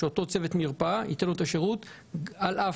אותו צוות מרפאה ייתן לו את השירות על אף